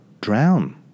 drown